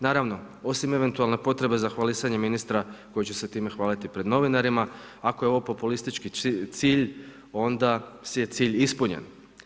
Naravno, osim eventualne potrebe za hvalisanjem ministra koji će se time hvaliti pred novinarima, ako je ovo populistički cilj, onda je cilj ispunjen.